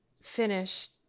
finished